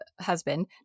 husband